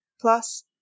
Plus